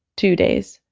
two days,